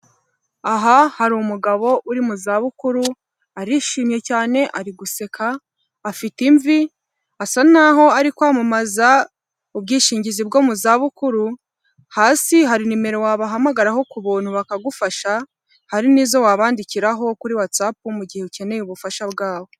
Aha hari umugabo uri mu zabukuru, arishimye cyane, ari guseka, afite imvi, asa n'aho ari kwamamaza ubwishingizi bwo mu zabukuru, hasi hari nimero wabahamagaraho ku buntu bakagufasha, hari n'izo wabandikiraho kuri watsapu mu gihe ukeneye ubufasha bwabo.